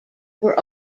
were